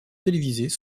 télévisées